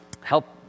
help